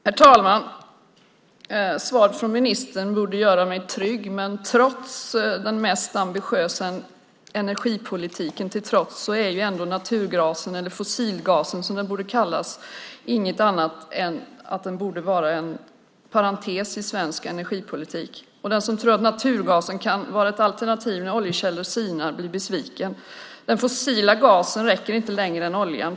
Herr talman! Svaret från ministern borde göra mig trygg, men trots den mest ambitiösa energipolitiken borde naturgasen, eller fossilgasen som den borde kallas, inte vara något annat än en parentes i svensk energipolitik. Den som tror att naturgasen kan vara ett alternativ när oljekällorna sinar blir besviken. Den fossila gasen räcker inte längre än oljan.